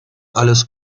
alles